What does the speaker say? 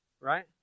Right